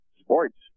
Sports